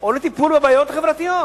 או לטיפול בבעיות חברתיות.